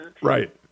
Right